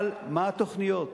אבל מה התוכניות?